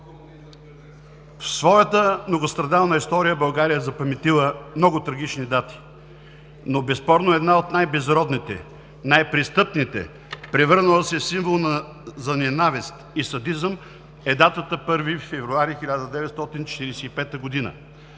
„В своята многострадална история България е запаметила много трагични дати, но безспорно една от най-безродните, най престъпните, превърнала се в символ за ненавист и садизъм, е датата 1 февруари 1945 г.